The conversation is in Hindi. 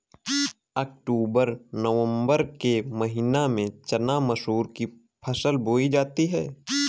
अक्टूबर नवम्बर के महीना में चना मसूर की फसल बोई जाती है?